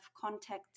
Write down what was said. contact